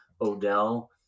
Odell